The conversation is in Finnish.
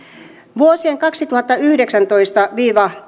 vuosien kaksituhattayhdeksäntoista viiva